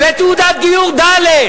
ותעודת גיור ד'.